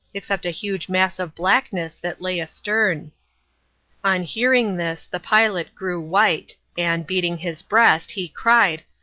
except a huge mass of blackness that lay astern. on hearing this the pilot grew white, and, beating his breast, he cried,